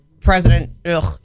president